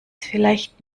vielleicht